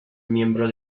miembro